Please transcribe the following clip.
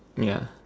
ya